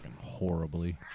horribly